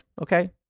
Okay